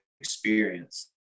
experience